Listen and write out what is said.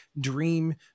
dream